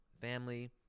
family